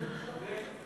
צודק.